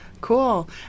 Cool